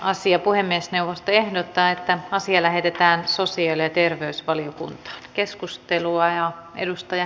puhemiesneuvosto ehdottaa että asia lähetetään sosiaali ja terveysvaliokuntaan